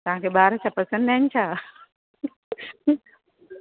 तव्हांखे ॿार छा पसंदि न आहिनि छा